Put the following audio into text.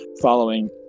following